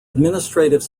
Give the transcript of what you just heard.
administrative